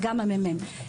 וגם מרכז המחקר ראה את זה.